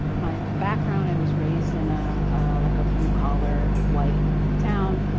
my background i was raised in a like a blue-collar, white town.